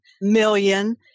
million